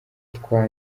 twa